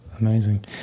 Amazing